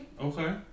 Okay